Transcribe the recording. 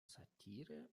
satire